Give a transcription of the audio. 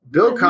Bill